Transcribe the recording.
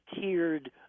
tiered